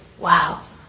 Wow